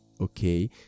okay